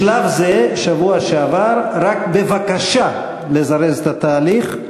בשלב זה, בשבוע שעבר, רק בבקשה לזרז את התהליך.